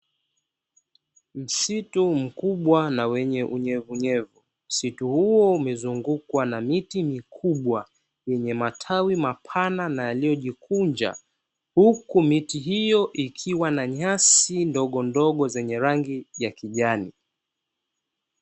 Msitu mkubwa na wenye unyevunyevu. Msitu huo umezungukwa na miti mikubwa, yenye matawi mapana na yaliyojikunja. Huku miti hiyo ikiwa na nyasi ndogondogo zenye rangi ya kijani.